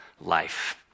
life